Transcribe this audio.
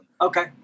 Okay